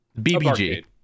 BBG